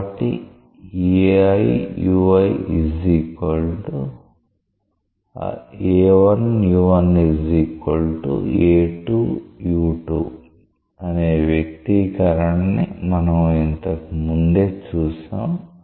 కాబట్టి అనే వ్యక్తీకరణని మనం ఇంతకుముందే చూశాం